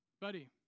buddy